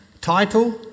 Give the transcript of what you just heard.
title